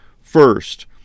First